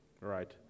right